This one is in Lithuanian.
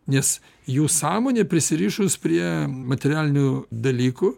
nes jų sąmonė prisirišus prie materialinių dalykų